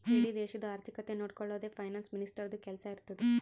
ಇಡೀ ದೇಶದು ಆರ್ಥಿಕತೆ ನೊಡ್ಕೊಳದೆ ಫೈನಾನ್ಸ್ ಮಿನಿಸ್ಟರ್ದು ಕೆಲ್ಸಾ ಇರ್ತುದ್